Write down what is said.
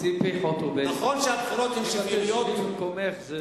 ציפי חוטובלי, שבי במקומך.